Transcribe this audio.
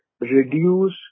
reduce